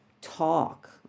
Talk